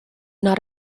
not